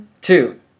Two